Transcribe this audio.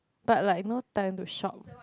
but like no time to shop